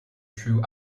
true